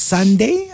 Sunday